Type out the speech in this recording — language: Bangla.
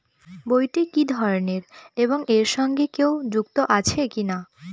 বইটি কি ধরনের এবং এর সঙ্গে কেউ যুক্ত আছে কিনা?